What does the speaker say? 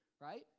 right